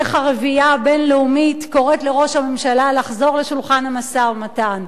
איך הרביעייה הבין-לאומית קוראת לראש הממשלה לחזור לשולחן המשא-ומתן.